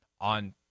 on